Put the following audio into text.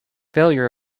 failure